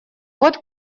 вот